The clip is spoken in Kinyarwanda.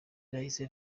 nahise